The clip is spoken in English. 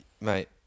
Mate